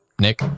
Nick